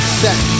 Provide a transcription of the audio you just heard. set